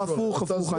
לא, הפוך.